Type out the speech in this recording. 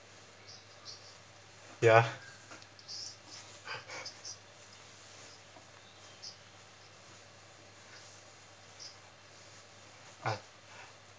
ya